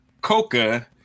coca